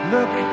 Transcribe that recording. Look